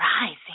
rising